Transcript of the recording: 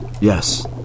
Yes